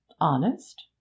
honest